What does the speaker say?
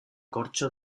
corcho